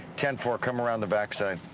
ten four. come around the backside.